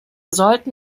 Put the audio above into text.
sollten